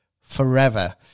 forever